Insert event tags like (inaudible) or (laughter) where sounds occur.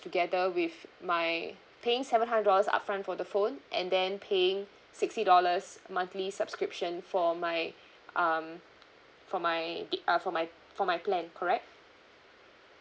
together with my paying seven hundred dollars upfront for the phone and then paying sixty dollars monthly subscription for my (breath) um for my da~ uh for my for my plan correct